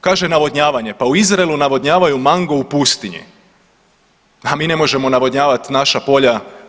Kaže navodnjavanje, pa u Izraelu navodnjavaju mango u pustinji, a mi ne možemo navodnjavat naša polja.